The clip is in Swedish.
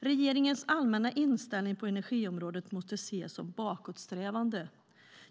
Regeringens allmänna inställning på energiområdet måste ses som bakåtsträvande.